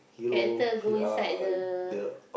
character go inside the